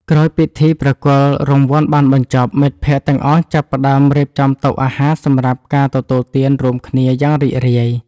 ក្រោយពីពិធីប្រគល់រង្វាន់បានបញ្ចប់ មិត្តភក្តិទាំងអស់ចាប់ផ្ដើមរៀបចំតុអាហារសម្រាប់ការទទួលទានរួមគ្នាយ៉ាងរីករាយ។